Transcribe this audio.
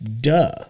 Duh